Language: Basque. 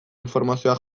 informazioa